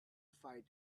fight